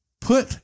put